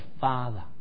Father